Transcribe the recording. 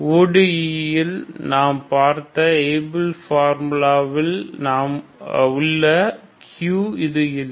ODE இல் நாம் பார்த்த Abel's ஃபார்முலாவில் நாம் உள்ள Q இது இல்லை